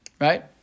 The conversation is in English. Right